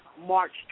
March